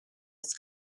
its